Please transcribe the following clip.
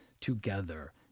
together